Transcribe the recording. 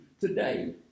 today